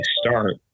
start